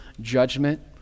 judgment